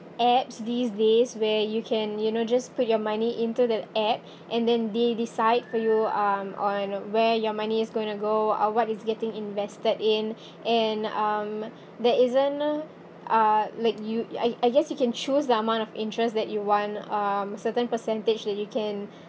apps these days where you can you know just put your money into the app and then they decide for you um on where your money is going to go or what is getting invested in and um there isn't uh uh let you I I guess you can choose the amount of interest that you want um certain percentage that you can